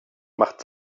macht